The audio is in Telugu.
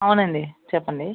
అవునండి చెప్పండి